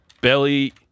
belly